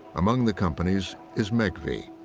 among the companies is megvii.